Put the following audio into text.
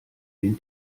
den